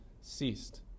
ceased